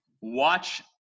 Watch